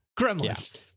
Gremlins